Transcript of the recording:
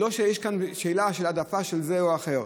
לא שיש כאן שאלה של העדפה של זה או אחר.